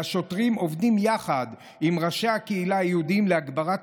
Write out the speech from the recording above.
והשוטרים עובדים יחד עם ראשי הקהילה היהודית להגברת